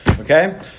Okay